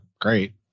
great